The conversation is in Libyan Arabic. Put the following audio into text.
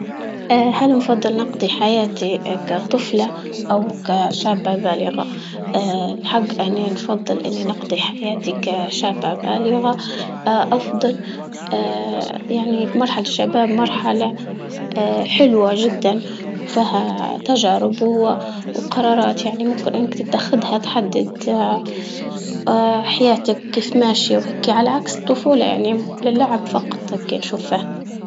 هل نفضل نقضي حياتي كطفلة أو كشابة بالغة؟ الحق يعني نفضل إني نقضي جياتي كشابة بالغة أفضل يعني مرحلة الشباب مرحلة حلوة جدا فيها تجارب و وقرارات يعني ممكن إنك تتخذها تحدد حياتك، كيف ماشية وهيكي علي عكس الطفولة يعني للعب فقط هيكي نشوفه.